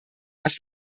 was